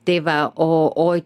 tai va o o